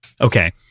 Okay